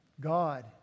God